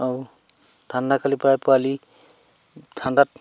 আৰু ঠাণ্ডাকালি প্ৰায় পোৱালি ঠাণ্ডাত